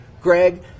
Greg